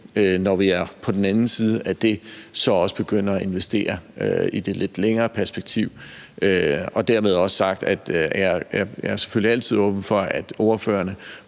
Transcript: at vi så på den anden side af det også kan begynde at investere i det lidt længere perspektiv. Dermed også sagt, at jeg selvfølgelig altid er åben for, at ordførerne